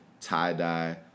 tie-dye